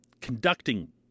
conducting